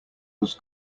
was